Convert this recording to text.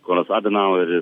konas adenaueris